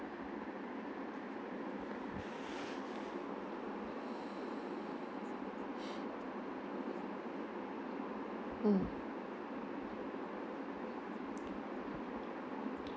mm